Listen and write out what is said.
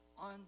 on